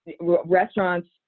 restaurants